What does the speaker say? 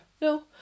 No